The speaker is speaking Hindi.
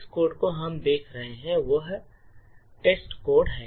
जिस कोड को हम देख रहे हैं वह टेस्टकोड है